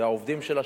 והעובדים שלה,